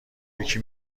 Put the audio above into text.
یکی